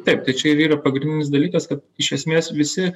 taip tai čia ir yra pagrindinis dalykas kad iš esmės visi